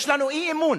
יש לנו אי-אמון.